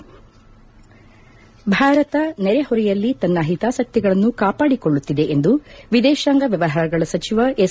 ಮುಖ್ನಾಂಶ ಭಾರತ ನೆರೆಹೊರೆಯಲ್ಲಿ ತನ್ನ ಹಿತಾಸಕ್ತಿಗಳನ್ನು ಕಾಪಾಡಿಕೊಳ್ಳುತ್ತಿದೆ ಎಂದು ವಿದೇಶಾಂಗ ವ್ಯವಹಾರಗಳ ಸಚಿವ ಎಸ್